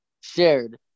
shared